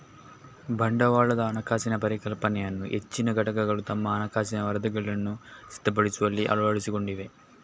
ಬಂಡವಾಳದ ಹಣಕಾಸಿನ ಪರಿಕಲ್ಪನೆಯನ್ನು ಹೆಚ್ಚಿನ ಘಟಕಗಳು ತಮ್ಮ ಹಣಕಾಸಿನ ವರದಿಗಳನ್ನು ಸಿದ್ಧಪಡಿಸುವಲ್ಲಿ ಅಳವಡಿಸಿಕೊಂಡಿವೆ